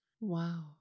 Wow